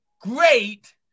Great